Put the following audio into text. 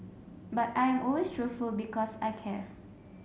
but I am always truthful because I care